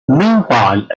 meanwhile